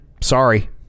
sorry